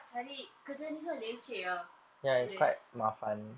cari kerja semua ni leceh ah serious